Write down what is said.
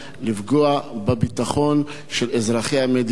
לפגוע בביטחון של אזרחי המדינה?